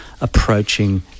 approaching